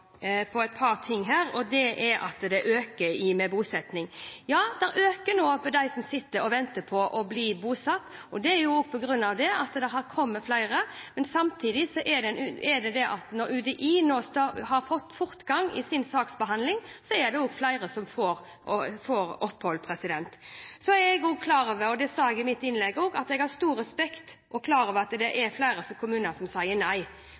et par ting her, bl.a. at ventetiden for bosetting øker. Ja, den øker for dem som nå sitter og venter på å bli bosatt, bl.a. på grunn av at det har kommet flere. Samtidig har UDI nå fått fortgang i sin saksbehandling, og da er det også flere som får opphold. Så sa jeg også i mitt innlegg at jeg er klar over, og har stor respekt for, at det er flere kommuner som sier nei. Og da skal en lytte til de utfordringene som disse kommunene har. Men på bakgrunn av det